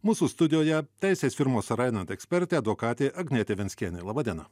mūsų studijoje teisės firmos sorainen ekspertė advokatė agnietė venckienė laba diena